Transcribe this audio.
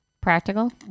Practical